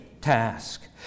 task